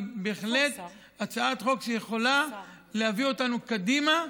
היא בהחלט הצעת חוק שיכולה להביא אותנו קדימה,